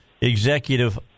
executive